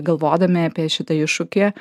galvodami apie šitą iššūkį